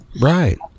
Right